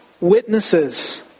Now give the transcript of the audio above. witnesses